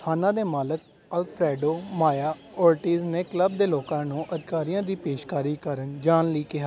ਸਥਾਨਾਂ ਦੇ ਮਾਲਕ ਅਲਫਰੈਡੋ ਮਾਇਆ ਓਰਟੀਜ਼ ਨੇ ਕਲੱਬ ਦੇ ਲੋਕਾਂ ਨੂੰ ਅਧਿਕਾਰੀਆਂ ਦੀ ਪੇਸ਼ਕਾਰੀ ਕਾਰਨ ਜਾਣ ਲਈ ਕਿਹਾ